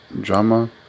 drama